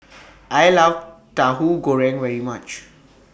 I Love Tauhu Goreng very much